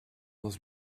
was